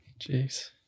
Jeez